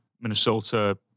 Minnesota